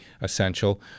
essential